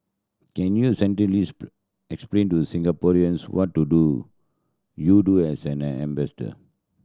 can you explain to Singaporeans what to do you do as an an ambassador